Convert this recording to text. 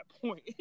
point